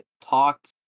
talked